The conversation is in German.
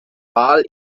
wal